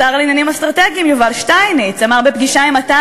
השר לעניינים אסטרטגיים יובל שטייניץ אמר בפגישה עם התא